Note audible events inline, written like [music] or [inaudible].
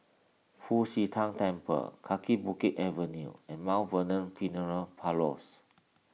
Fu Xi Tang Temple Kaki Bukit Avenue and [unintelligible] Vernon funeral Parlours